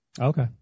Okay